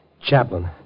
Chaplain